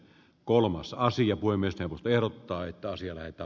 kolmas aasian puimista pelottaa että asialle että